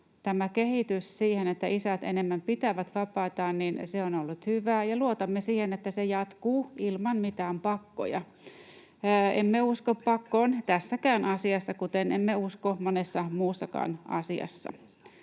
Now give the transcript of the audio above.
kehitys siihen, että isät enemmän pitävät vapaitaan, on ollut hyvä, ja luotamme siihen, että se jatkuu ilman mitään pakkoja. Emme usko pakkoon tässäkään asiassa, kuten emme usko monessa muussakaan asiassa.